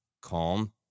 calm